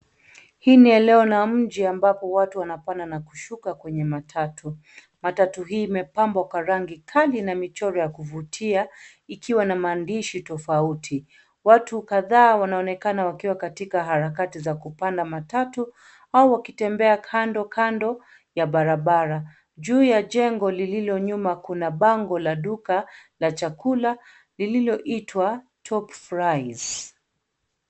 Hii ni eneo la mji amabapo watu wanapanda na kushuka kwenye matatu. Matatu hii imepembwa kwa rangi kali na michoro ya kuvutia ikiwa na maandishi tofauti. Watu kadhaa wanaonekana wakiwa katika harakati za kupanda matatu au wakitembea kandokando ya barabara. Juu ya jengo lilo nyuma kuna bango la duka la chakula lilioitwa Top Fries.